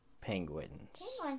penguins